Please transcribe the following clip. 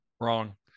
Wrong